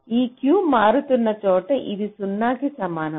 ఈ Q మారుతున్న చోట ఇది 0 కి సమానం